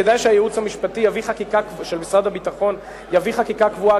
כדאי שהייעוץ המשפטי של משרד הביטחון יביא חקיקה קבועה,